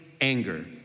anger